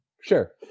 sure